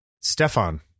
stefan